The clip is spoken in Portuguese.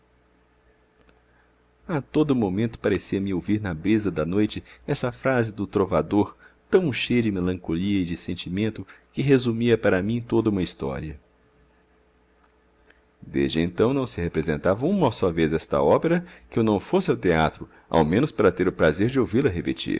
a todo momento parecia-me ouvir na brisa da noite essa frase do trovador tão cheia de melancolia e de sentimento que resumia para mim toda uma história desde então não se representava uma só vez esta ópera que eu não fosse ao teatro ao menos para ter o prazer de ouvi-la repetir